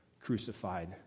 crucified